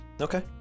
okay